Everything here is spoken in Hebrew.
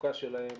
התפוקה שלהם